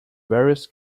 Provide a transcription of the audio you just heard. various